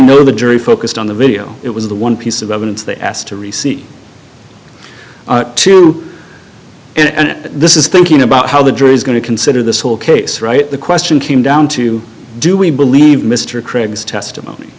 know the jury focused on the video it was the one piece of evidence they asked a receipt to and this is thinking about how the jury is going to consider this whole case right the question came down to do we believe mr craig's testimony